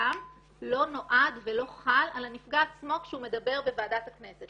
הקיים לא נועד ולא חל על הנפגע עצמו כשהוא מדבר בוועדת הכנסת.